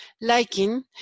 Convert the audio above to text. liking